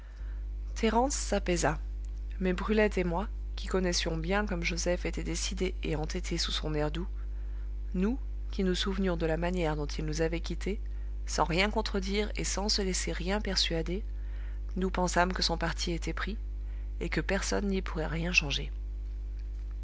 thérence s'apaisa mais brulette et moi qui connaissions bien comme joseph était décidé et entêté sous son air doux nous qui nous souvenions de la manière dont il nous avait quittés sans rien contredire et sans se laisser rien persuader nous pensâmes que son parti était pris et que personne n'y pourrait rien changer